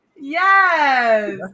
yes